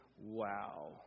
wow